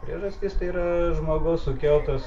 priežastis tai yra žmogaus sukeltas